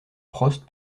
prost